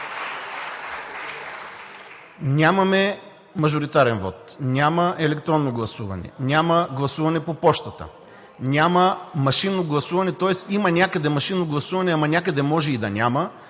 Нямаме мажоритарен вот, няма електронно гласуване, няма гласуване по пощата, няма машинно гласуване. Тоест има някъде машинно гласуване, ама някъде може и да няма.